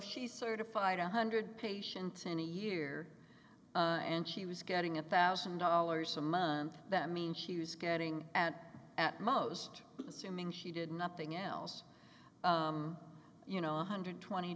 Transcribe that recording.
she certified one hundred patients in a year and she was getting a thousand dollars a month that means she was getting at at most assuming she did nothing else you know a hundred twenty